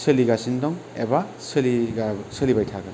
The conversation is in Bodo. सोलिगासनो दं एबा सोलिबाय थागोन